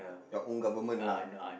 your own government lah